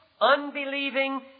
unbelieving